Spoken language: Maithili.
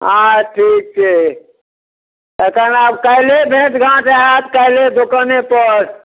आ ठीक छै तखन आब काल्हिए भेँट घाँट हैत काल्हिए दोकानेपर